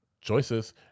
choices